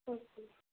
okay